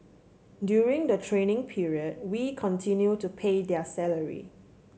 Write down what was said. during the training period we continue to pay their salary